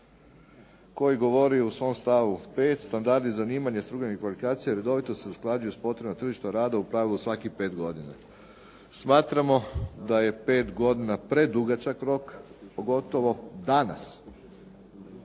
koji govori u svom stavu 5. standardi i zanimanje strukovnih kvalifikacija redovito se usklađuju s potrebama tržišta rada u pravilu svakih 5 godina. Smatramo da je 5 godina predugačak rok, pogotovo danas.